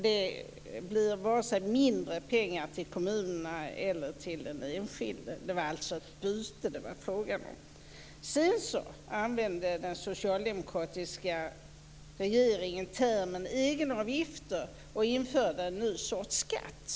Det skulle varken bli mindre pengar till kommunerna eller till den enskilde. Det var frågan om ett byte. Sedan använde den socialdemokratiska regeringen termen egenavgifter och införde en ny sorts skatt.